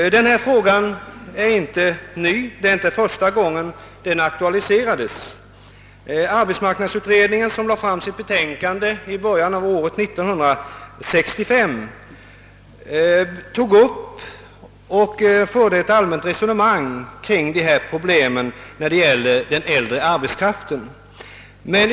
Frågan är inte ny. Då arbetsmarknadsutredningen 1965 lade fram sitt betänkande, tog den upp ett allmänt re sonemang kring problemen beträffande den äldre arbetskraften.